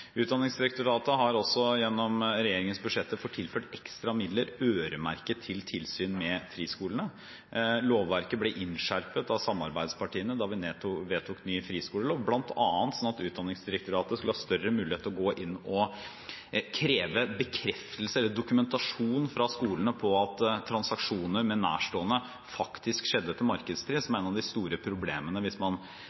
Utdanningsdirektoratet har gjennom regjeringens budsjetter fått tilført ekstra midler øremerket til tilsyn med friskolene. Lovverket ble innskjerpet av samarbeidspartiene da vi vedtok ny friskolelov, bl.a. slik at Utdanningsdirektoratet skulle ha større mulighet til å gå inn og kreve bekreftelse eller dokumentasjon fra skolene på at transaksjoner med nærstående faktisk skjedde til markedspris, som